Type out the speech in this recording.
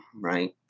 right